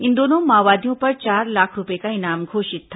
इन दोनों माओवादियों पर चार लाख रूपये का इनाम घोषित था